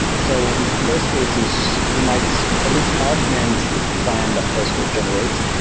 so in in those cases, you might at least augment the plan that postgres generates.